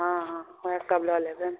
हँ हँ होएत तऽ लऽ लेबनि